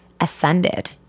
ascended